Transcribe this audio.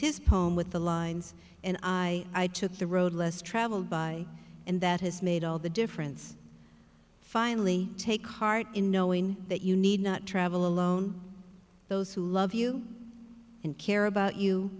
his poem with the lines and i took the road less traveled by and that has made all the difference finally take heart in knowing that you need not travel alone those who love you and care about you